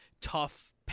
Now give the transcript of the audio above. tough